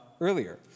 earlier